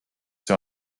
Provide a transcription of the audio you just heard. see